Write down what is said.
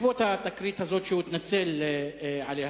בעקבות התקרית הזאת שהוא התנצל עליה,